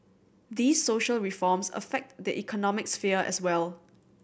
these social reforms affect the economic sphere as well